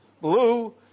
blue